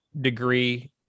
degree